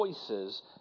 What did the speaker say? choices